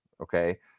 Okay